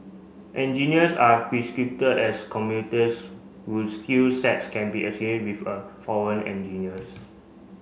engineers are as whose skill sets can be a with foreign engineers